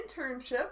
internship